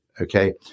Okay